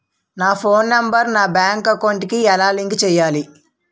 నా phone number నా bank account కి ఎలా లింక్ చేయాలి?